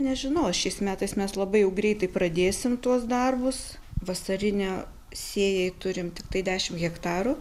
nežinau ar šiais metais mes labai jau greitai pradėsim tuos darbus vasarinę sėjai turim tiktai dešim hektarų